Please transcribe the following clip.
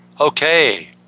Okay